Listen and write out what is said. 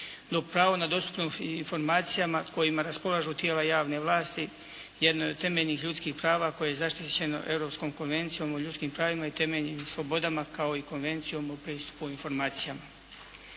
dok pravo na dostupnost informacijama kojima raspolažu tijela javne vlasti jedno je od temeljnih ljudskih prava koje je zaštićeno Europskom konvencijom o ljudskim pravima i temeljnim slobodama kao i Konvencijom o pristupu informacijama.